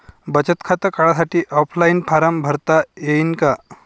बचत खातं काढासाठी ऑफलाईन फारम भरता येईन का?